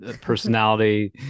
personality